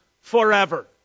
forever